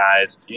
guys